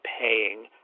paying